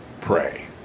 pray